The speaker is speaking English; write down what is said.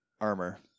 armor